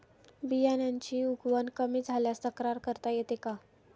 बियाण्यांची उगवण कमी झाल्यास तक्रार करता येते का?